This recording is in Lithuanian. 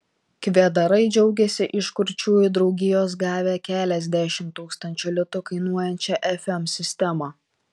kvedarai džiaugiasi iš kurčiųjų draugijos gavę keliasdešimt tūkstančių litų kainuojančią fm sistemą